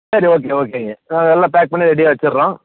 சரி ஓகே ஓகேங்க எல்லாம் பேக் பண்ணி ரெடியாக வெச்சிடுறோம்